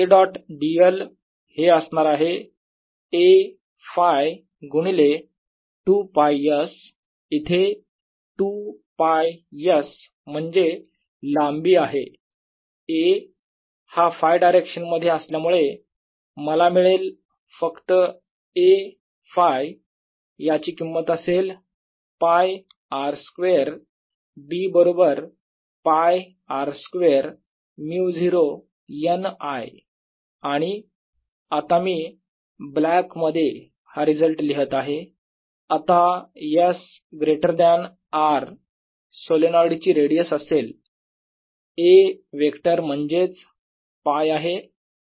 dlϕ A dot dl हे असणार आहे A Φ गुणिले 2 π s इथे 2 π s म्हणजे लांबी आहे A हा Φ डायरेक्शन मध्ये असल्यामुळे मला मिळेल फक्त A Φ याची किंमत असेल π R स्क्वेअर B बरोबर π R स्क्वेअर μ0 n I आणि आता मी ब्लॅक मध्ये हा रिजल्ट लिहीत आहे आता S greater than R solenoid ची रेडियस असेल A वेक्टर म्हणजेच π आहे